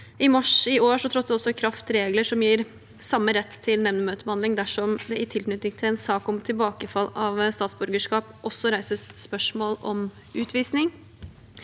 i år trådte det også i kraft regler som gir samme rett til nemndmøtebehandling dersom det i tilknytning til en sak om tilbakekall av statsborgerskap også reises spørsmål om utvisning.